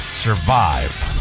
survive